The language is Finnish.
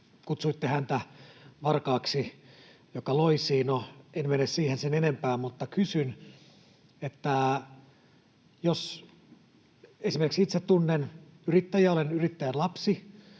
kutsuitte häntä varkaaksi, joka loisii. No, en mene siihen sen enempää, mutta kysyn, että jos... Esimerkiksi itse tunnen yrittäjiä, olen yrittäjän lapsi,